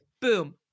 boom